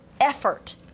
effort